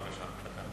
בבקשה.